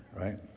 right